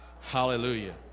hallelujah